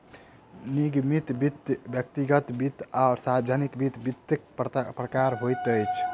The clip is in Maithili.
निगमित वित्त, व्यक्तिगत वित्त आ सार्वजानिक वित्त, वित्तक प्रकार होइत अछि